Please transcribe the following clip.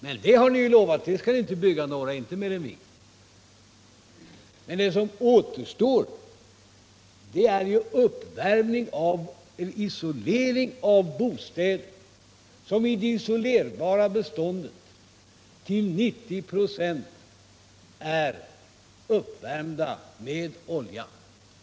Men ni har ju lovat att ni inte skulle bygga flera sådana än vad också vi förordar. Men det som återstår är ju frågan om uppvärmning och isolering av bostäderna, som i det isolerbara beståndet till 90 96 är uppvärmda med olja.